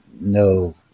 no